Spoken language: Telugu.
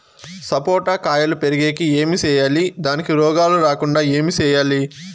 సపోట కాయలు పెరిగేకి ఏమి సేయాలి దానికి రోగాలు రాకుండా ఏమి సేయాలి?